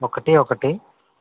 ఒకటి ఒకటి